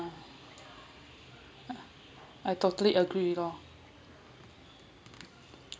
I totally agree with all